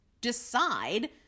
decide